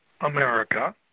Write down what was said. America